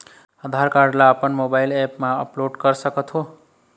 आधार card ला अपन mobile app मा अपलोड कर सकथों?